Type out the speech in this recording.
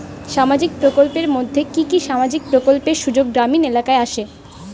সামাজিক প্রকল্পের মধ্যে কি কি সামাজিক প্রকল্পের সুযোগ গ্রামীণ এলাকায় আসে?